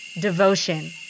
devotion